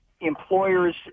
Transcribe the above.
employers